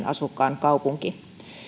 asukkaan kaupunki